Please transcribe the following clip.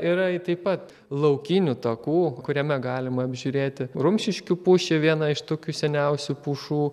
yra taip pat laukinių takų kuriame galima apžiūrėti rumšiškių pušį vieną iš tokių seniausių pušų